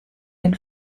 den